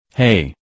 Hey